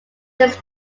his